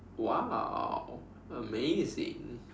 !wow! amazing